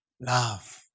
Love